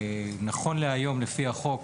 נכון להיום לפי החוק,